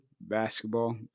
basketball